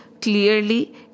clearly